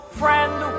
friend